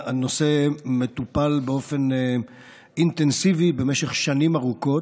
הנושא מטופל באופן אינטנסיבי במשך שנים ארוכות.